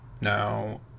Now